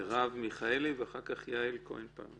מרב מיכאלי, ואחר כך יעל כהן-פארן.